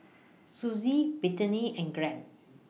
Susie Brittny and Glen